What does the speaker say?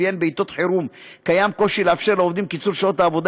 שלפיהן בעתות חירום יש קושי לאפשר לעובדים קיצור שעות העבודה,